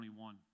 21